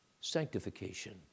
sanctification